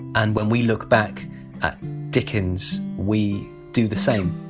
and when we look back at dickens, we do the same,